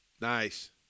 Nice